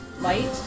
light